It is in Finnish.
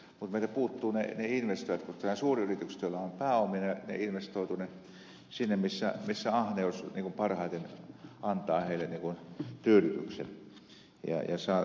mutta meiltä puuttuvat ne investoijat kun suuryritykset joilla on pääomaa investoivat sinne missä he saavat ahneudelleen parhaiten tyydytyksen ja missä saa parhaan tuloksen